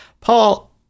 Paul